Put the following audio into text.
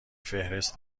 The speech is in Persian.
فهرست